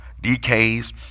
decays